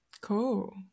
Cool